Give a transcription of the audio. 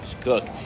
Cook